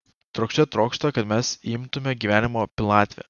trokšte trokšta kad mes įimtume gyvenimo pilnatvę